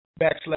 backslash